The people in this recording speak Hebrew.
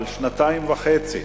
אבל שנתיים וחצי,